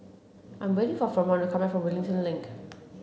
I'm waiting for Fremont to come back from Wellington Link